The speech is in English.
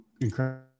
incredible